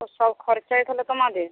ও সব খরচাই তা হলে তোমাদের